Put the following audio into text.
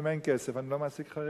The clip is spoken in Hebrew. אם אין כסף, אני לא מעסיק חרדים.